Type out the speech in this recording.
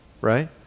right